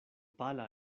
pala